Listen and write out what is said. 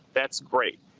that's great.